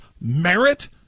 merit